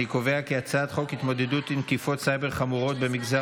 הצעת חוק התמודדות עם תקיפות סייבר חמורות במגזר